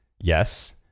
yes